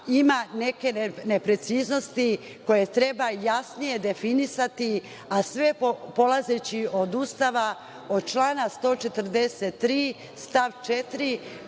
ima neke nepreciznosti koje treba jasnije definisati, a sve polazeći od Ustava, od člana 143. stav 4.